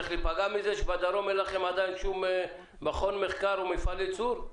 להיפגע שאין לכם עדיין שום מכון מחקר או מפעל ייצור בדרום?